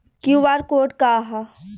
QR code का ह?